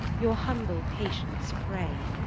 your humble patience pray,